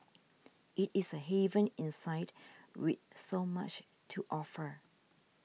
it is a haven inside with so much to offer